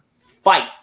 fight